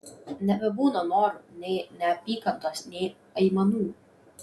nebebūna norų nei neapykantos nei aimanų